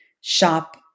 shop